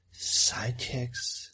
sidekicks